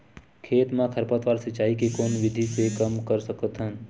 खेत म खरपतवार सिंचाई के कोन विधि से कम कर सकथन?